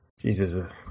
Jesus